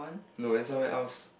no then somewhere else